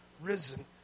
risen